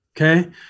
okay